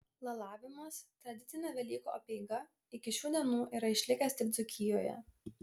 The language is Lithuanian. lalavimas tradicinė velykų apeiga iki šių dienų yra išlikęs tik dzūkijoje